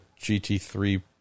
GT3